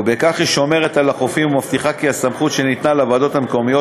ובכך היא שומרת על החופים ומבטיחה כי הסמכות שניתנה לוועדות המקומיות